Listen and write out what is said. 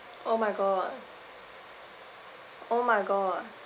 oh my god oh my god